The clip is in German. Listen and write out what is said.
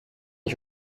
ich